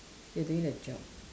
you're doing the job